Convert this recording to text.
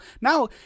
Now